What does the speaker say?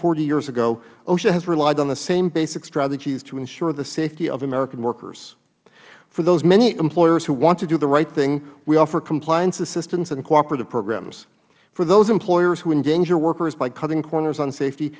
forty years ago osha has relied on the same basic strategies to ensure the safety of american workers for those many employers who want to do the right thing we offer compliance assistance and cooperative programs for those employers who endanger workers by cutting corners on safety